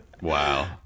Wow